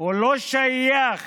לא שייך